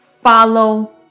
follow